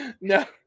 No